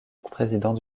président